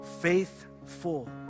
faithful